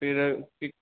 फिर